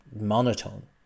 monotone